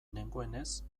nengoenez